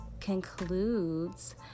concludes